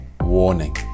Warning